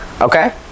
Okay